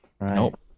Nope